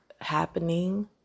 happening